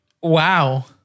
wow